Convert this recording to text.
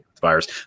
Virus